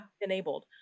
enabled